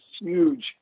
huge